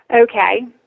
Okay